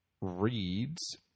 reads